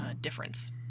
difference